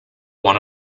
one